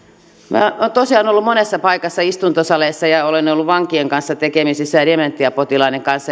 minä olen tosiaan ollut monessa paikassa istuntosaleissa ja ja olen ollut vankien ja dementiapotilaiden kanssa